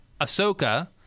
Ahsoka